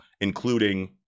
including